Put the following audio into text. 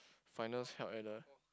finals held at the